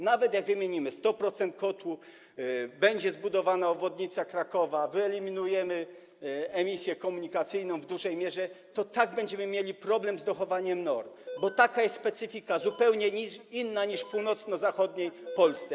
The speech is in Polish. Nawet jak wymienimy 100% kotłów, będzie zbudowana obwodnica Krakowa, wyeliminujemy emisję komunikacyjną w dużej mierze, to i tak będziemy mieli problem z dochowaniem norm, bo taka jest specyfika, zupełnie inna niż w północno-zachodniej Polsce.